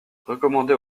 recommandait